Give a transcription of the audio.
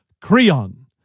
Creon